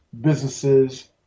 businesses